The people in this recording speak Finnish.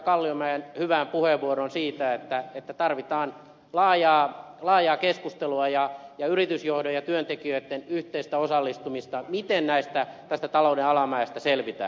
kalliomäen hyvään puheenvuoroon siitä että tarvitaan laajaa keskustelua ja yritysjohdon ja työntekijöitten yhteistä osallistumista siihen miten tästä talouden alamäestä selvitään